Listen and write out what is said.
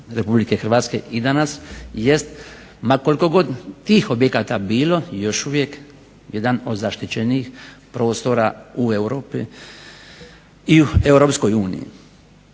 prednosti RH i danas jeste ma koliko god tih objekta bilo još uvijek, jedan od zaštićenijih prostora u Europi i u EU.